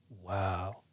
Wow